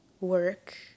work